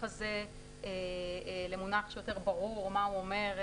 הזה למונח שיותר ברור מה הוא אומר,